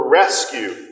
rescue